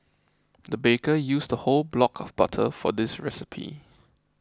the baker used a whole block of butter for this recipe